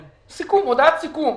סיכום, הודעת סיכום.